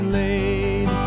laid